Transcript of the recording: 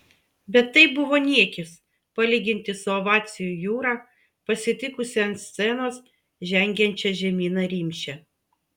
bet tai buvo niekis palyginti su ovacijų jūra pasitikusia ant scenos žengiančią žemyną rimšę